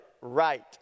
right